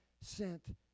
sent